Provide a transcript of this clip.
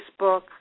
Facebook